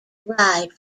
ride